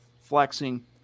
flexing